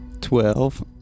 Twelve